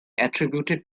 attributed